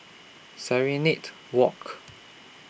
Serenade Walk